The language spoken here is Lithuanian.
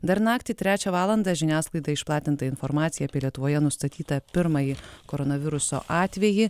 dar naktį trečią valandą žiniasklaidai išplatinta informacija apie lietuvoje nustatytą pirmąjį koronaviruso atvejį